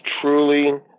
truly